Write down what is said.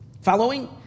Following